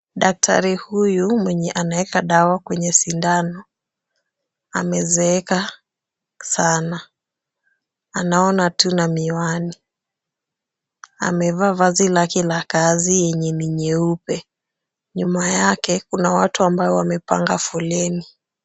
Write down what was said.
Daktari huyu mwenye anaweka dawa kwenye sindano amezeeka sana. Anaona tu na miwani. Amevaa vazi lake la kazi yenye ni nyeupe. Nyuma yake kuna watu ambao wamepanga foleni.